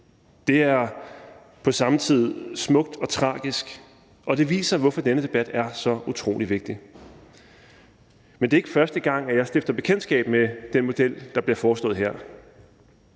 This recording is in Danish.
Det er på en og samme tid smukt og tragisk, og det viser, hvorfor denne debat er så utrolig vigtig. Men det er ikke første gang, jeg stifter bekendtskab med den model, der bliver foreslået her.